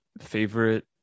favorite